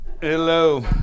Hello